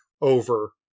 over